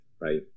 right